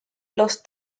los